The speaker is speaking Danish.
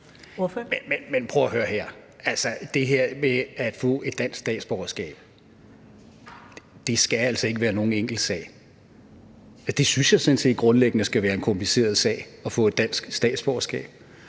Men prøv at høre her: Det at få et dansk statsborgerskab skal altså ikke være nogen enkel sag. Jeg synes sådan set grundlæggende, det skal være en kompliceret sag at få et dansk statsborgerskab.